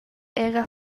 era